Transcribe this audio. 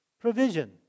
provision